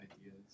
ideas